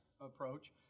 approach